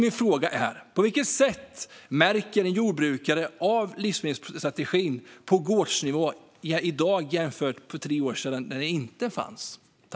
Min fråga är: På vilket sätt märker jordbrukare av livsmedelsstrategin på gårdsnivå i dag jämfört med för tre år sedan, när den inte fanns?